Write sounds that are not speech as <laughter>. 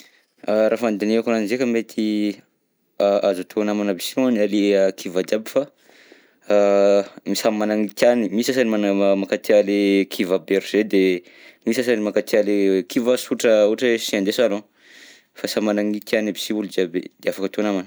Raha fandinihako ananjy ndreka zao mety, azo atao namana aby si ny a-kivà jiaby fa, a <hesitation> samy manana ny tiany, misy sasany mana- mankatia le kivà berger de, <hesitation> misy sasany mankatia le kivà sotra ohatra chien de salon, fa samy managna ny tiany aby si olo jiaby, de afaka atao namana